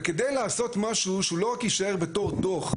וכדי לעשות משהו שלא רק יישאר בתור דו"ח,